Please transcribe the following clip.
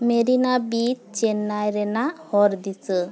ᱢᱮᱨᱤᱱᱟ beach Chennai ᱨᱮᱱᱟᱜ ᱦᱚᱨ ᱫᱤᱥᱟᱹ